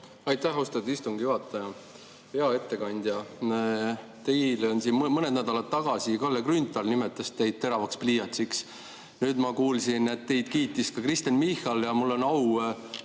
Aitäh, austatud istungi juhataja! Hea ettekandja! Siin mõned nädalad tagasi Kalle Grünthal nimetas teid teravaks pliiatsiks. Nüüd ma kuulsin, et teid kiitis Kristen Michal. Ja mul on au